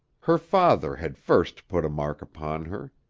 her father had first put a mark upon her.